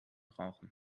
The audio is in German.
brauchen